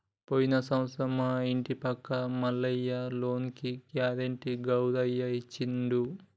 పోయిన సంవత్సరం మా ఇంటి పక్క మల్లయ్య లోనుకి గ్యారెంటీ గౌరయ్య ఇచ్చిండు